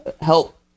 help